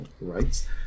rights